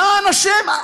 למען השם,